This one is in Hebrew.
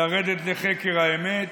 לרדת לחקר האמת,